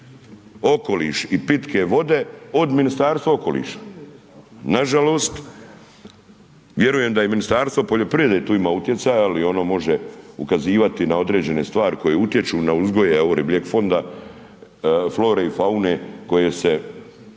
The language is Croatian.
i pitke vode od Ministarstva okoliša. Nažalost, vjerujem da i Ministarstvo poljoprivrede tu ima utjecaj, ali ono može ukazivati na određene stvari koje utječu na uzgoj ribljeg fonda, flore i faune koje će